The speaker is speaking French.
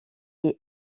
est